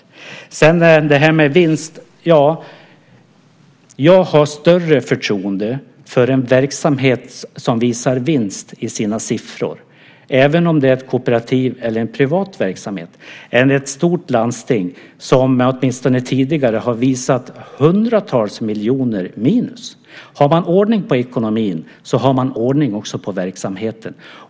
När det sedan gäller det här med vinst har jag större förtroende för en verksamhet som visar vinst i sina siffror, även om det är ett kooperativ eller en privat verksamhet eller ett stort landsting som åtminstone tidigare har visat hundratals miljoner i minus. Har man ordning på ekonomin så har man ordning också på verksamheten.